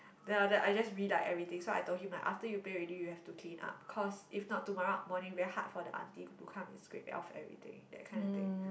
then after that I just re-light everything so I told him right after you play already you have to clean up cause if not tomorrow morning very hard for the auntie to come and scrape off everything that kinda thing